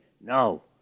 no